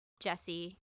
Jesse